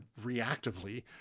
reactively